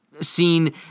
seen